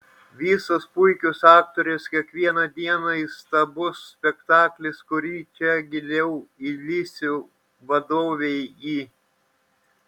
visos puikios aktorės kiekvieną dieną įstabus spektaklis kuri čia giliau įlįsiu vadovei į